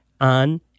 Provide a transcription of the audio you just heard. on